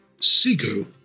Siku